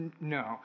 no